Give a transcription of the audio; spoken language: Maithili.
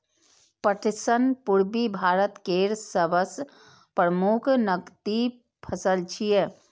पटसन पूर्वी भारत केर सबसं प्रमुख नकदी फसल छियै